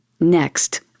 Next